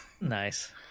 Nice